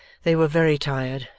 they were very tired,